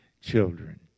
children